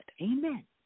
Amen